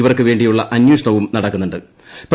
ഇവർക്കുവേ ിയുള്ള അന്വേഷണവും നടക്കുന്നു ്